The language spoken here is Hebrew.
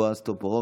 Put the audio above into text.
בועז טופורובסקי,